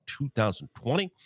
2020